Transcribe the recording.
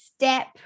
step